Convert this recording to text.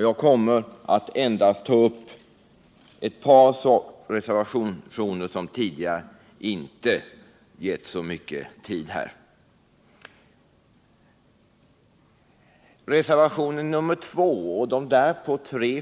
Jag kommeratt ta upp endast ett par reservationer som tidigare inte getts så mycket tid. Reservationen 2 och de därpå